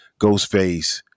Ghostface